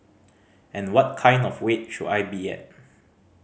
and what kind of weight should I be at